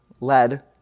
Lead